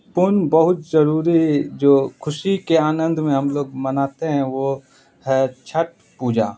ان بہت ضروری جو خوشی کے آنند میں ہم لوگ مناتے ہیں وہ ہے چھٹ پوجا